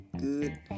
good